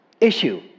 issue